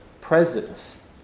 presence